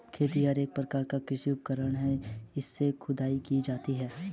खेतिहर एक प्रकार का कृषि उपकरण है इससे खुदाई की जाती है